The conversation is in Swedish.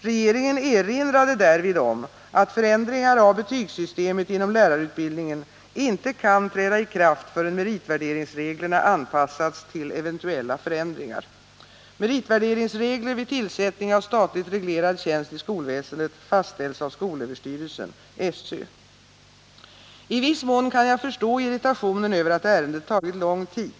Regeringen erinrade därvid om att förändringar av betygssystemet inom lärarutbildningen inte kan träda i kraft förrän meritvärderingsreglerna anpassats till eventuella förändringar. Meritvärderingsregler vid tillsättning av statligt reglerad tjänst i skolväsendet fastställs av skolöverstyrelsen . Nr 146 I viss mån kan jag förstå irritationen över att ärendet tagit lång tid.